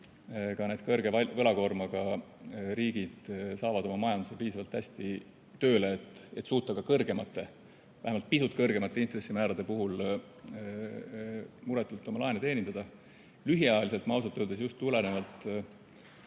ka need kõrge võlakoormaga riigid saavad oma majanduse piisavalt hästi tööle, et suuta ka kõrgemate, vähemalt pisut kõrgemate intressimäärade puhul muretult oma laene teenindada. Lühiajaliselt ma ausalt öeldes just tulenevalt